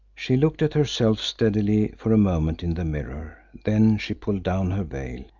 she looked at herself steadily for a moment in the mirror. then she pulled down her veil.